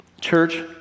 Church